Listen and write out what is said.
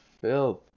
filth